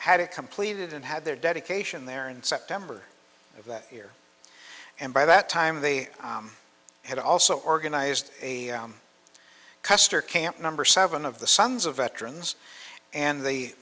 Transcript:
had it completed and had their dedication there in september of that year and by that time they had also organized a custer camp number seven of the sons of veterans and the